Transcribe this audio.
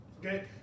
Okay